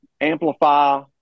amplify